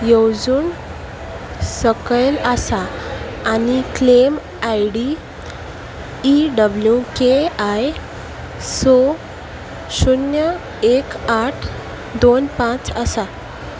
येवजण सकयल आसा आनी claim I D E W K I S शुन्य एक आठ दोन पांच आसा